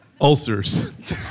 Ulcers